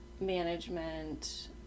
management